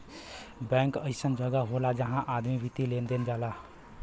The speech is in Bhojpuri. बैंक अइसन जगह होला जहां आदमी वित्तीय लेन देन कर जाला